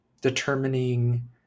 determining